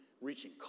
reaching